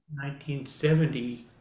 1970